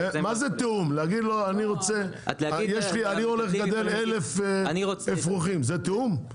--- להגיד אני הולך לגדל 1000 אפרוחים זה תיאום?